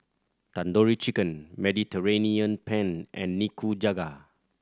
Tandoori Chicken Mediterranean Penne and Nikujaga